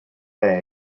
dde